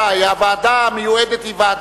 ואברהם מיכאלי וקבוצת חברי הכנסת עברה